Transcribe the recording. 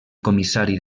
comissari